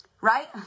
Right